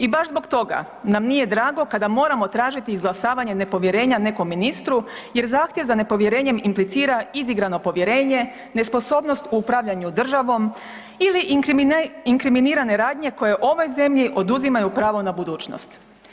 I baš zbog toga nam nije drago kada moramo tražiti izglasavanje nepovjerenja nekom ministru jer zahtjev za nepovjerenjem implicira izigrano povjerenje, nesposobnost u upravljanju državnom ili inkriminirane radnje koje ovoj zemlji oduzimaju pravo na budućnost.